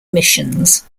missions